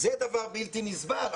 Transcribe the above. זה דבר בלתי נסבל.